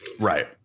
Right